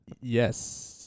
Yes